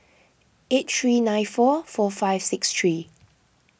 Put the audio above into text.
eight three nine four four five six three